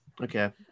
Okay